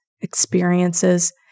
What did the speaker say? experiences